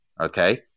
Okay